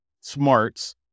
smarts